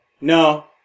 No